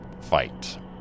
fight